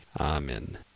Amen